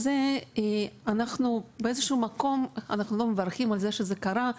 אנחנו לא מברכים על זה שזה קרה,